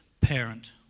parent